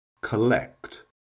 Collect